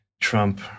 Trump